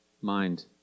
mind